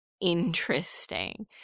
interesting